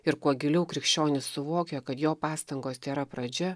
ir kuo giliau krikščionys suvokia kad jo pastangos tėra pradžia